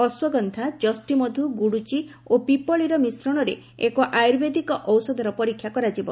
ଅଶ୍ୱଗନ୍ଧା ଜଷ୍ଟିମଧୁ ଗୁଡୁଚି ଓ ପିପଳୀର ମିଶ୍ରଣରେ ଏକ ଆୟୁର୍ବେଦିକ ଔଷଧର ପରୀକ୍ଷା କରାଯିବ